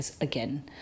again